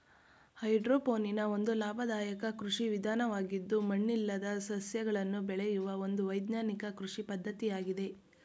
hydroponic ಒಂದು ಲಾಭದಾಯಕ ಕೃಷಿ ವಿಧಾನವಾಗಿದ್ದು ಮಣ್ಣಿಲ್ಲದೆ ಸಸ್ಯಗಳನ್ನು ಬೆಳೆಯೂ ಒಂದು ವೈಜ್ಞಾನಿಕ ಕೃಷಿ ಪದ್ಧತಿಯಾಗಿದೆ